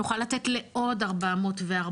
נוכל לתת לעוד 440,